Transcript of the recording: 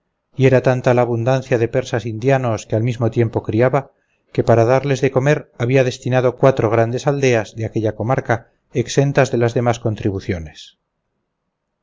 y era tanta la abundancia de persas indianos que al mismo tiempo criaba que para darles de comer había destinado cuatro grandes aldeas de aquella comarca exentas de las demás contribuciones